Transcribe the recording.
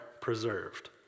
preserved